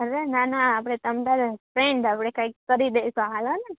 અરે ના ના આપણે તમે તમારે ફ્રેન્ડ આપણે કાંઈક કરી દઇશું હાલો ને